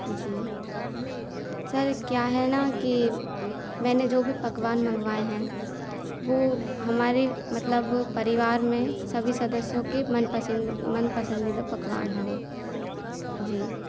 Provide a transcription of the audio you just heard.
जी sir क्या है न कि मैंने जो भी पकवान मंगवाए हैं वो हमारे मतलब परिवार में सभी सदस्यों के मनपसंद मनपसंदीदा पकवान है वो जी